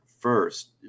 first